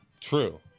True